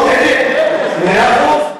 לא מכיר 1,000. מאה אחוז.